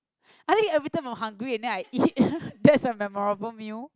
I think every time I'm hungry and then I eat that's a memorable meal